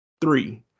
Three